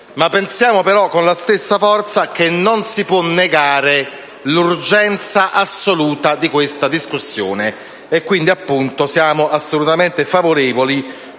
Pensiamo però con la stessa forza che non si può negare l'urgenza assoluta di questa discussione e quindi siamo assolutamente favorevoli,